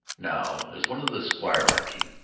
now, as one of the squirearchy,